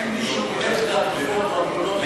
אין מי שבודק את התרופות או הגלולות,